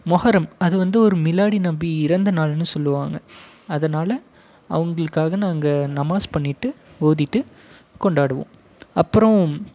மொஹரம் அது வந்து ஒரு மிலாடி நபி இறந்த நாளுன்னு சொல்வாங்க அதனால் அவங்ளுக்காக நாங்கள் நமாஸ் பண்ணிவிட்டு ஓதிவிட்டு கொண்டாடுவோம் அப்பறம்